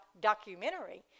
documentary